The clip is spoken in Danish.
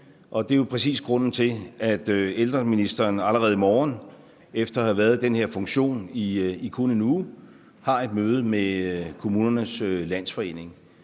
det er jo præcis grunden til, at ældreministeren allerede i morgen – efter at have været i den her funktion i kun 1 uge – har et møde med Kommunernes Landsforening.